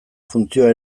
funtzioa